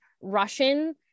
Russian